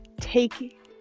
take